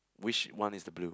which one is the blue